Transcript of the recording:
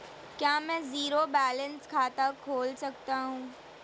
क्या मैं zero balance खाता खोल सकता हूँ?